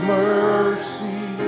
mercy